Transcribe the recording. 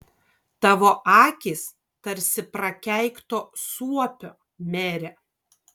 tavo akys tarsi prakeikto suopio mere